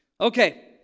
Okay